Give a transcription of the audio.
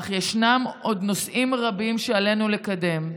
אך ישנם עוד נושאים רבים שעלינו לקדם,